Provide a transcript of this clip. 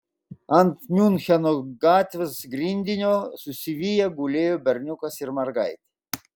ant miuncheno gatvės grindinio susiviję gulėjo berniukas ir mergaitė